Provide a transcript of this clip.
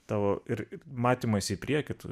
tavo ir matymas į priekį tu